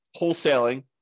wholesaling